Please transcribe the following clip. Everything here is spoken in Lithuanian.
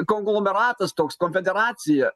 konglomeratas toks konfederacija